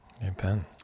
Amen